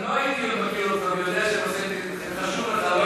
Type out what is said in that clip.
אם לא הייתי מכיר אותך ויודע שהנושא הזה חשוב לך,